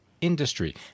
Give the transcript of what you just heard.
industry